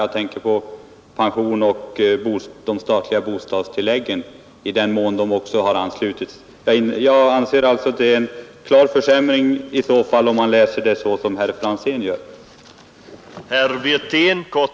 Jag tänker på pensionerna och de statliga bostadstilläggen i den mån de också är anslutna, Jag anser som sagt att det blir en klar försämring om man läser det såsom herr Franzén har gjort.